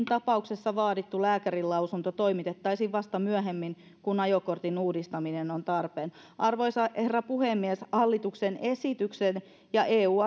tapauksessa vaadittu lääkärinlausunto toimitettaisiin vasta myöhemmin kun ajokortin uudistaminen on tarpeen arvoisa herra puhemies hallituksen esityksen ja eu